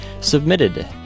submitted